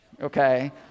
Okay